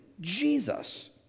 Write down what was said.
Jesus